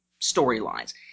storylines